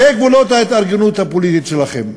אלה גבולות ההתארגנות הפוליטית שלכם.